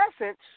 essence